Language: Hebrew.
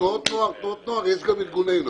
כשאתה אומר "תנועות נוער", יש גם ארגוני נוער.